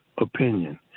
opinion